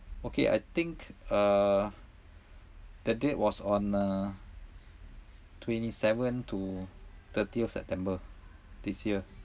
okay I think uh the date was on uh twenty seven to thirtieth september this year